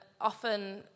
Often